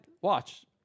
watch